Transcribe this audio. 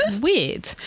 weird